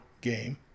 game